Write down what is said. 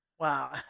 Wow